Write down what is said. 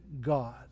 God